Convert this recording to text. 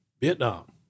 Vietnam